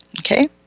okay